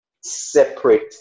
separate